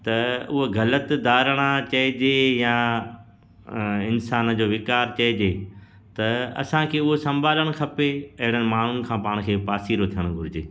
त उहा ग़लति धारणा चइजे या इंसान जो विकार चइजे त असांखे उहो संभालणु खपे अहिड़नि माण्हुनि खां पाण खी पासीरो थियणु घुरिजे